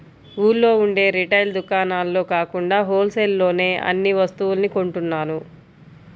ఊళ్ళో ఉండే రిటైల్ దుకాణాల్లో కాకుండా హోల్ సేల్ లోనే అన్ని వస్తువుల్ని కొంటున్నారు